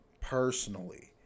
personally